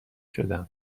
شدند